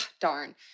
darn